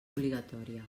obligatòria